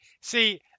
See